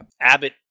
Abbott